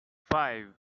five